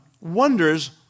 wonders